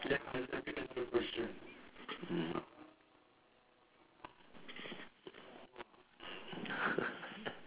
mmhmm